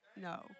No